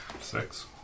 Six